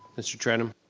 mr. trenum?